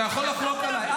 אתה יכול לחלוק עליי.